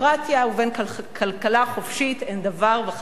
ובין כלכלה חופשית אין דבר וחצי דבר.